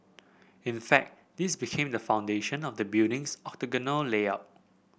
in fact this became the foundation of the building's octagonal layout